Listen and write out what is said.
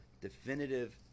definitive